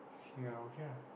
singer okay ah